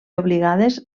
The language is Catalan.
obligades